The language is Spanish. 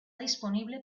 disponible